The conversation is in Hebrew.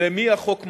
למי החוק מועיל.